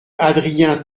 adrien